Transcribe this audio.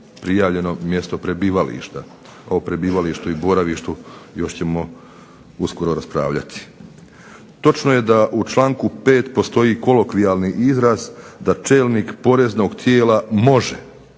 prijavljeno mjesto prebivališta, o prebivalištu i boravištu još ćemo uskoro raspravljati. Točno je da u članku 5. postoji kolokvijalni izraz da čelnik poreznog tijela može